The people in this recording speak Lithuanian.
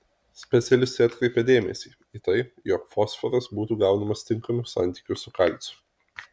specialistė atkreipia dėmesį į tai jog fosforas būtų gaunamas tinkamu santykiu su kalciu